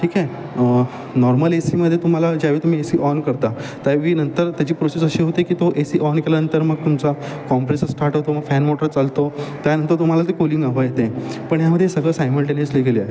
ठीके नॉर्मल एसीमधे तुम्हाला ज्यावेळी तुम्ही एसी ऑन करता त्यावेळी नंतर त्याची प्रोसेस अशी होते की तो एसी ऑन केल्यानंतर मग तुमचा कॉम्प्रेसा स्टार्ट होतो मग फॅन मोटर चालतो त्यानंतर तुम्हाला ते कुलिंग हवा येते पण यामदे सगळं सायमंटेनिअसली गेले